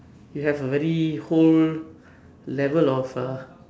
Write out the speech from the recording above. you have a very whole level of uh